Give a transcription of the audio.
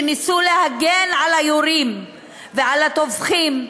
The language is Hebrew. שניסו להגן על היורים ועל הטובחים,